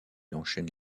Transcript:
enchaîne